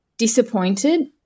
disappointed